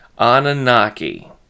Anunnaki